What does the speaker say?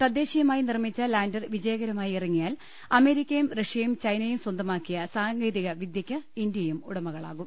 തദ്ദേശീയമായി നിർമ്മിച്ച ലാൻർ വിജയകരമായി ഇറ ങ്ങിയാൽ അമേരിക്കയും റഷ്യയും ചൈനയും സ്വന്തമാക്കിയ സാങ്കേതിക വിദ്യയ്ക്ക് ഇന്ത്യയും ഉടമകളാകും